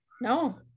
No